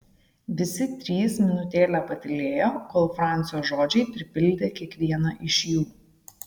visi trys minutėlę patylėjo kol francio žodžiai pripildė kiekvieną iš jų